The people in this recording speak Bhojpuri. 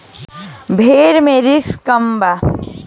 भेड़ मे रिस्क कम बा